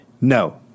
No